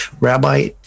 Rabbi